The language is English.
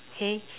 okay